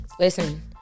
Listen